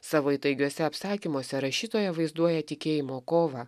savo įtaigiuose apsakymuose rašytoja vaizduoja tikėjimo kovą